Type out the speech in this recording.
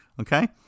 okay